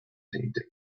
painting